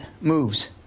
moves